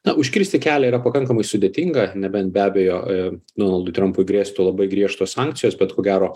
na užkirsti kelią yra pakankamai sudėtinga nebent be abejo donaldui trampui grėstų labai griežtos sankcijos bet ko gero